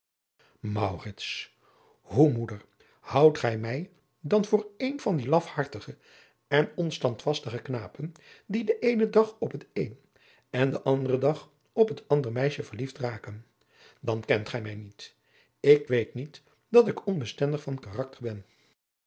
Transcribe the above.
hoe moeder houdt gij mij dan voor een van die lafhartige en onstandvastige knapen die den eenen dag op het een en den anderen dag op het ander meisje verliefd raken dan kent gij mij niet ik weet niet dat ik onbestendig van karakter ben